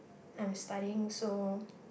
I'm studying so